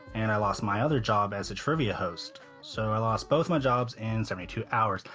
and i lost my other job as a trivia host. so i lost both my jobs in seventy two hours.